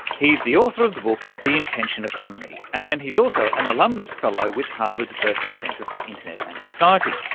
he's the author of the book the intention economy. and he's also an alumnus fellow with harvard's berkman center for internet and society.